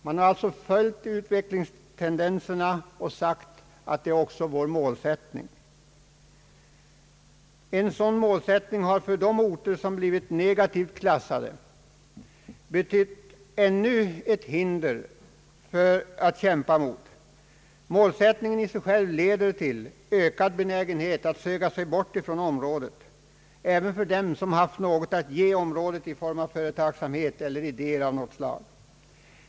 Man har alltså följt utvecklingstendenserna och sagt, att det är också vår målsättning. En sådan målsättning har för de orter som blivit negativt klassade betytt ännu ett hinder att kämpa mot. Målsättningen i sig själv leder till ökad benägenhet att söka sig bort från sådana orter, även bland dem som haft något att ge området i form av företagsamhet eller idéer av något slag.